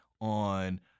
on